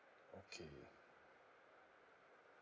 okay ah